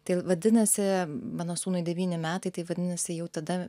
tai vadinasi mano sūnui devyni metai tai vadinasi jau tada